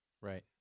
Right